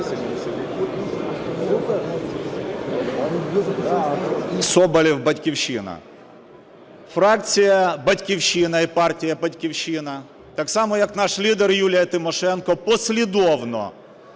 Соболєв, "Батьківщина". Фракція "Батьківщина" і партія "Батьківщина" так само, як наш лідер Юлія Тимошенко, послідовно